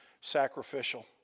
sacrificial